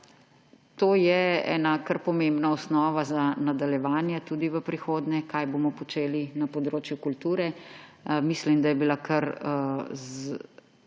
je to ena kar pomembna osnova za nadaljevanje tudi v prihodnje, kaj bomo počeli na področju kulture. Mislim, da je bila kar z